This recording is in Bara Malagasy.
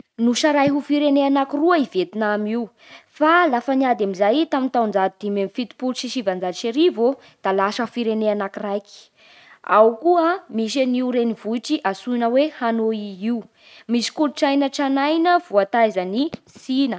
Nosarahy ho firenena anakiroa i Vietnam io. Fa lafa niady amin'izay tamin'ny taonjato dimy amby fitopolo sy sivanjato sy arivo ô da lasa firene anakiraiky. Ao koa misy an'io renivohitry antsoina hoe Hanôi io. Misy kolotsaina tranainy voataizan'i Sina.